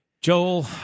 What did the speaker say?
joel